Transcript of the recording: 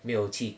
没有去